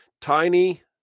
tiny